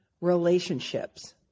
relationships